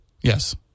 yes